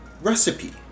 recipe